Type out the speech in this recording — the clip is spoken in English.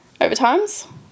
overtimes